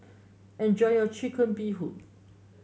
enjoy your Chicken Bee Hoon